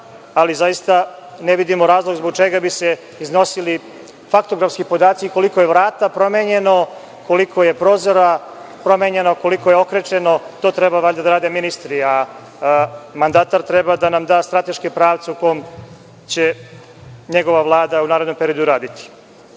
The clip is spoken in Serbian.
ali zaista, ne vidimo razlog zbog čega bi se iznosili faktografski podaci koliko je vrata promenjeno, koliko je prozora promenjeno, koliko je okrečeno. To valjda treba da rade ministri, a mandatar treba da nam da strateške pravce u kojima će njegova Vlada u narednom periodu